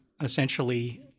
essentially